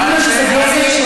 תגיד לו שזה גזל שינה.